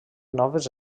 noves